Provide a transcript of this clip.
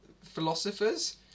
philosophers